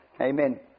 Amen